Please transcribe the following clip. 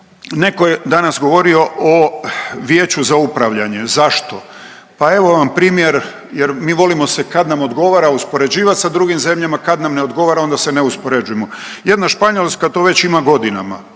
neko je danas govorio o Vijeću za upravljanje. Zašto? Pa evo vam primjer jer mi volimo se kad nam odgovara uspoređivat sa drugim zemljama, kad nam ne odgovara onda se ne uspoređujemo. Jedna Španjolska to već ima godinama,